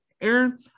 Aaron